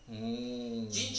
orh